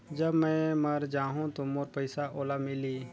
जब मै मर जाहूं तो मोर पइसा ओला मिली?